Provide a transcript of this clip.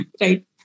Right